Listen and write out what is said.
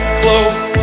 close